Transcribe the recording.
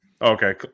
Okay